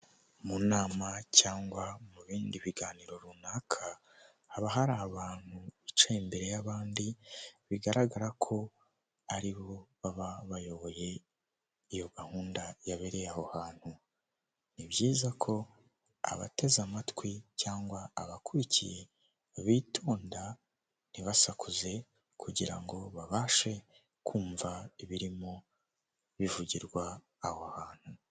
Mu nama cyangwa mu bindi biganiro runaka, haba hari abantu bicaye imbere y'abandi, bigaragara ko ari bo baba bayoboye iyo gahunda yabereye aho hantu, ni byiza ko abateze amatwi cyangwa abakurikiye bitonda, ntibasakuze kugira ngo babashe kumva ibirimo bivugirwa aho hantu.